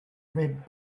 red